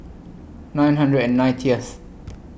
nine hundred and ninetieth